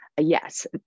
Yes